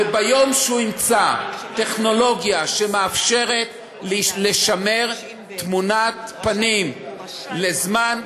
וביום שהוא ימצא טכנולוגיה שמאפשרת לשמר תמונת פנים לזמן,